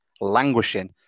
languishing